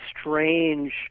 strange